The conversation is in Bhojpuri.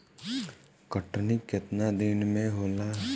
कटनी केतना दिन में होला?